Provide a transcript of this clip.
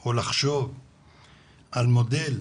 או לחשוב על מודל